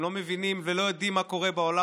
הם לא מבינים ולא יודעים מה קורה בעולם,